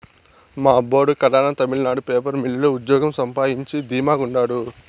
మా అబ్బోడు కడాన తమిళనాడు పేపర్ మిల్లు లో ఉజ్జోగం సంపాయించి ధీమా గుండారు